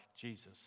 Jesus